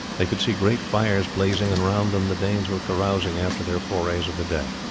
they could see great fires blazing, and round them the danes were carousing after their forays of the day.